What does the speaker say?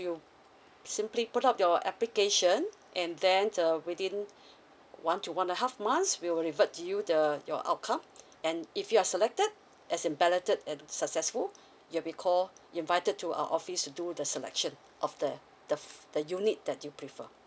you simply put up your application and then uh within one to one a half months will revert you the your outcome and if you are selected as in balloted and successful you'll be call invited to our office to do the selection of the f~ the unit that you prefer